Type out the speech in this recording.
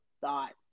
thoughts